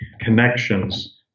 connections